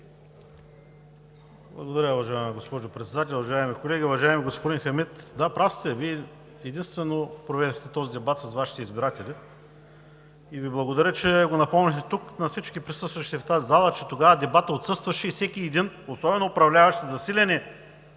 Благодаря, уважаема госпожо Председател. Уважаеми колеги, уважаеми господин Хамид! Да, прав сте, Вие единствено проведохте този дебат с Вашите избиратели. Благодаря Ви, че го напомнихте на всички присъстващи в тази зала, че тогава дебатът отсъстваше и всеки един, особено управляващите, засилени